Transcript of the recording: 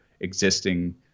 existing